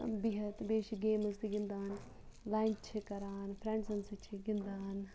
بِہِتھ بیٚیہِ چھِ گیمٕز تہِ گِنٛدان لَنٛچ چھِ کَران فرنٛڈزَن سۭتۍ چھِ گِنٛدان